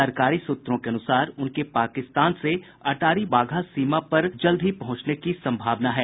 सरकारी सूत्रों के अनुसार उनके पाकिस्तान से अटारी वाघा सीमा पर उनके जल्द ही पहुंचने की संभावना है